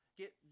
get